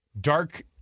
dark